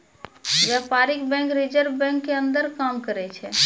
व्यपारीक bank reserve bank के अंदर काम करै छै